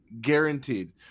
Guaranteed